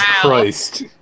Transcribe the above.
Christ